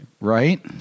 Right